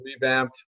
revamped